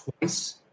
twice